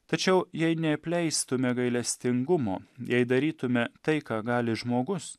tačiau jei neapleistume gailestingumo jei darytume tai ką gali žmogus